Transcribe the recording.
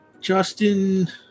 Justin